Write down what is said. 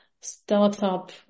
startup